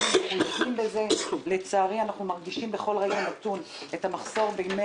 אנחנו מרגישים בכל רגע נתון את המחסור בימי